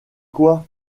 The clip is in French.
quoi